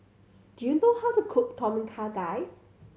do you know how to cook Tom Kha Gai